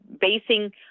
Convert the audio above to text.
basing